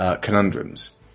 conundrums